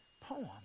poem